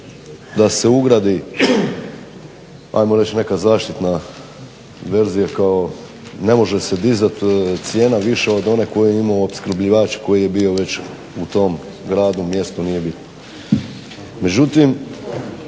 da se ugradi neka zaštitna verzija kao ne može se dizati cijena više od one koju ima opskrbljivač koji je bio već u tom gradu, mjesto nije bitno. Međutim,